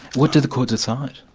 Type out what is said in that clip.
what did the court decide?